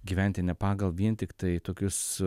gyventi ne pagal vien tiktai tokius